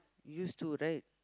used to right